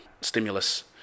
stimulus